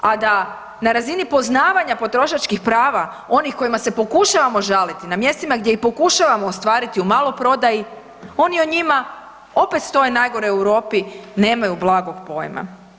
A da na razini poznavanja potrošačkih prava onih kojima se pokušavamo žaliti, na mjestima gdje ih pokušavamo ostvariti u maloprodaji, oni o njima opet stoje najgore u Europi, nemaju blagog pojma.